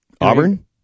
Auburn